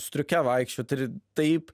striuke vaikščiot ir taip